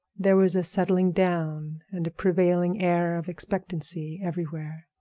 there was a settling down, and a prevailing air of expectancy everywhere.